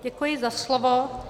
Děkuji za slovo.